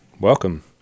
Welcome